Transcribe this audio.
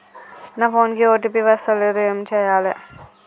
నా ఫోన్ కి ఓ.టీ.పి వస్తలేదు ఏం చేయాలే?